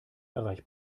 erreicht